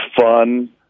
fun